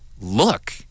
look